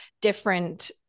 different